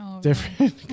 different